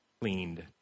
cleaned